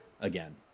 again